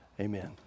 Amen